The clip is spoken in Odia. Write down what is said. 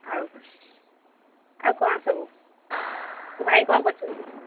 ଆଉ କ'ଣ ଆଉ କ'ଣ ସବୁ ଭାଇ କ'ଣ କରୁଛନ୍ତି